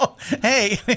hey